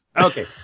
Okay